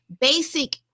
basic